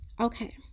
Okay